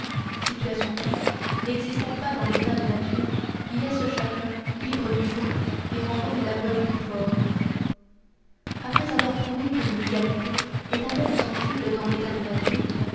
situation qui n'existant pas dans l'état de nature y laisse chacun libre du joug et rend vaine la loi du plus fort après avoir prouvé que l'inégalité est à peine sensible dans l'état de nature